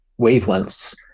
wavelengths